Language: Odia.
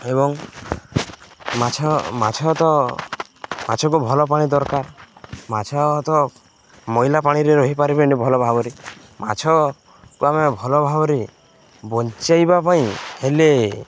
ଏବଂ ମାଛ ମାଛ ତ ମାଛକୁ ଭଲ ପାଣି ଦରକାର ମାଛ ତ ମଇଳା ପାଣିରେ ରହିପାରିବେନି ଭଲ ଭାବରେ ମାଛକୁ ଆମେ ଭଲ ଭାବରେ ବଞ୍ଚାଇବା ପାଇଁ ହେଲେ